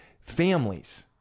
families